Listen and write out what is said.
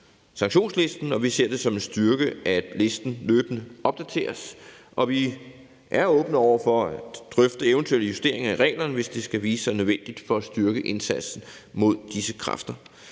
sanktionslisten, og vi ser det som en styrke, at listen løbende opdateres. Vi er åbne over for at drøfte eventuelle justeringer af reglerne, hvis det skal vise sig nødvendigt for at styrke indsatsen mod disse kræfter.